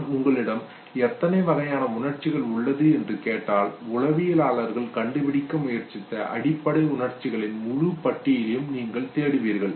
நான் உங்களிடம் எத்தனை வகையான உணர்ச்சிகள் உள்ளது என்று கேட்டால் உளவியலாளர்கள் கண்டுபிடிக்க முயற்சித்த அடிப்படை உணர்ச்சிகளின் முழுமையான பட்டியலை நீங்கள் தேடுவீர்கள்